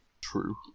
True